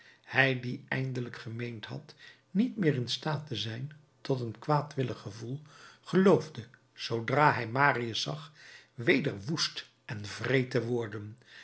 hij die eindelijk gemeend had niet meer in staat te zijn tot een kwaadwillig gevoel geloofde zoodra hij marius zag weder woest en wreed te worden